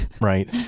Right